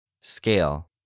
scale